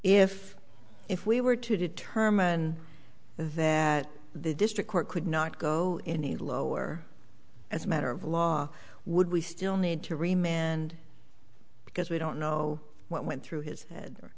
if if we were to determine that the district court could not go any lower as a matter of law would we still need to remain and because we don't know what went through his